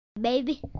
Baby